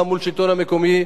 גם מול השלטון המקומי,